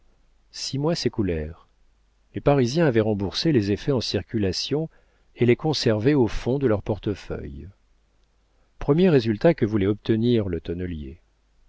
six mois s'écoulèrent les parisiens avaient remboursé les effets en circulation et les conservaient au fond de leurs portefeuilles premier résultat que voulait obtenir le tonnelier